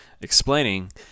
explaining